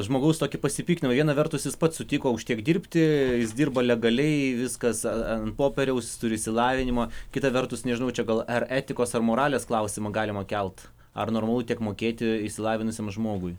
žmogaus tokį pasipiktinimą viena vertus jis pats sutiko už tiek dirbti jis dirba legaliai viskas ant popieriaus turi išsilavinimą kita vertus nežinau čia gal ar etikos ar moralės klausimą galima kelt ar normalu tiek mokėti išsilavinusiam žmogui